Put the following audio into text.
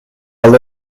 all